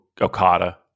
Okada